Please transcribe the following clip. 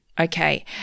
Okay